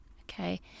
okay